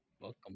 Welcome